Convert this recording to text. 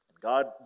God